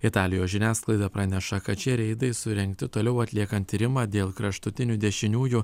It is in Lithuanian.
italijos žiniasklaida praneša kad šie reidai surengti toliau atliekant tyrimą dėl kraštutinių dešiniųjų